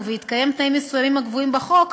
ובהתקיים תנאים מסוימים הקבועים בחוק,